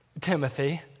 Timothy